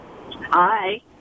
Hi